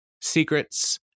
secrets